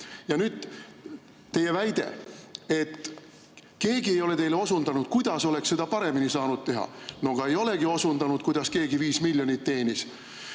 Nüüd, teie väide, et keegi ei ole teile osundanud, kuidas oleks seda paremini saanud teha. No ega ei olegi osundanud, kuidas keegi 5 miljonit teenis.